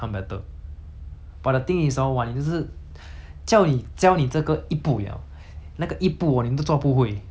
叫你教你这个一步 liao 那个一步 hor 你都做不会 !huh! that's why 我 like !wah!